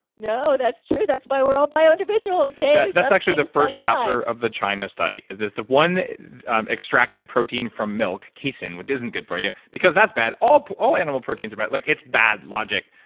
no, that's true. that's why we're all bio-individuals dave that's actually the first chapter of the china study, is this one extracted protein from milk casein, which isn't good for you. because that's bad, all all animal proteins are bad. like it's bad logic.